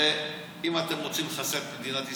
הרי אם אתם רוצים לחסל את מדינת ישראל,